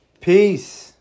Peace